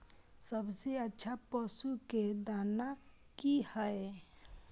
सबसे अच्छा पशु के दाना की हय?